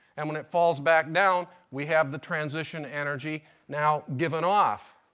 and when it falls back down we have the transition energy now given off.